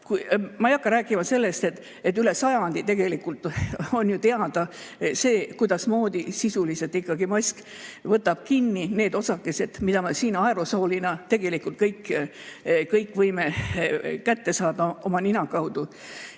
Ma ei hakka rääkima sellest, et üle sajandi on ju teada see, kuidas mask sisuliselt võtab kinni need osakesed, mida me siin aerosoolina kõik võime kätte saada oma nina kaudu.